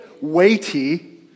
weighty